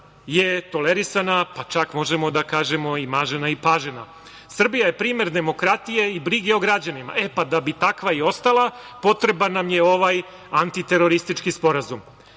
je tolerisana, pa čak možemo da kažemo i mažena i pažena. Srbija je primer demokratije i brige o građanima. Da bi takva i ostala, potreban nam je ovaj antiteroristički sporazum. Samo